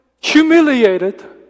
humiliated